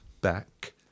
back